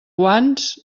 guants